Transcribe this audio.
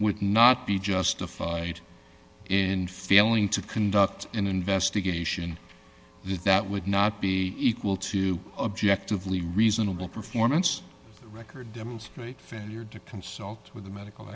would not be justified in failing to conduct an investigation that would not be equal to objectively reasonable performance record demonstrate failure to consult with the medical